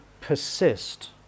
persist